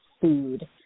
food